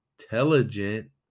intelligent